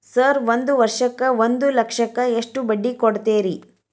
Sir ಒಂದು ವರ್ಷಕ್ಕ ಒಂದು ಲಕ್ಷಕ್ಕ ಎಷ್ಟು ಬಡ್ಡಿ ಕೊಡ್ತೇರಿ?